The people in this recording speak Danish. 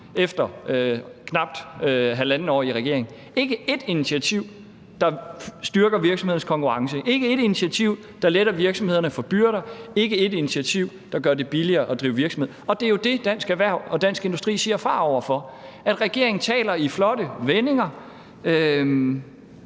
efter knap halvandet år i regering – ikke et initiativ, der styrker virksomhedernes konkurrenceevne, ikke et initiativ, der letter virksomhederne for byrder, ikke et initiativ, der gør det billigere at drive virksomhed. Og det er jo det, Dansk Erhverv og Dansk Industri siger fra over for, nemlig at regeringen bare taler i flotte vendinger.